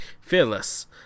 Fearless